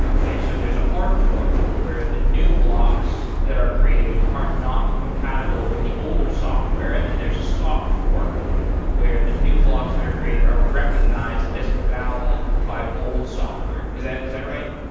okay. so there's a hard fork where the new blocks that are created are not compatible with the older software, and then there's a soft fork where the new blocks that are created are recognized as valid by old software. is that right?